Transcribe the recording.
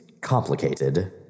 complicated